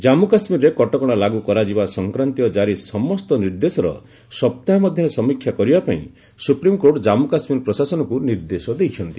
ଜାନ୍ପୁ କାଶ୍ମୀରରେ କଟକଣା ଲାଗୁ କରାଯିବା ସଂକ୍ରାନ୍ତୀୟ ଜାରି ସମସ୍ତ ନିର୍ଦ୍ଦେଶର ସପ୍ତାହ ମଧ୍ୟରେ ସମୀକ୍ଷା କରିବା ପାଇଁ ସୁପ୍ରିମ୍କୋର୍ଟ ଜାନ୍ଗୁ କାଶ୍ମୀର ପ୍ରଶାସନକୁ ନିର୍ଦ୍ଦେଶ ଦେଇଛନ୍ତି